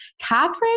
Catherine